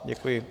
Děkuji.